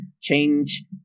change